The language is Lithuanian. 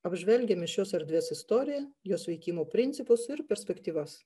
apžvelgiame šios erdvės istoriją jos veikimo principus ir perspektyvas